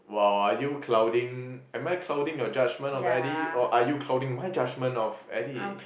!wow! are you clouding am I clouding your judgement of Eddie or are you clouding my judgement of Eddie